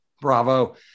Bravo